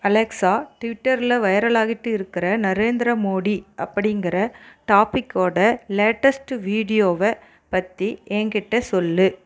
Alexa ட்விட்டரில் வைரலாகிட்டு இருக்கிற நரேந்திர மோடி அப்படிங்கற டாபிக்கோட லேட்டஸ்ட் வீடியோவை பற்றி என்கிட்ட சொல்